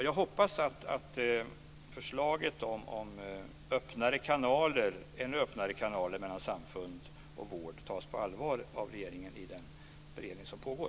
Jag hoppas att förslaget om ännu öppnare kanaler mellan samfund och vård tas på allvar av regeringen i den beredning som pågår.